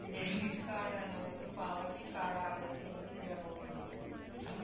debit card ಎನ್ನುವುದು ಪಾವತಿ card ಆಗೈತೆ ಎಂದು ಹೇಳಬಹುದು